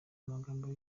amagambo